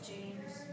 James